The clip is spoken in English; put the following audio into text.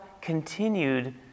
continued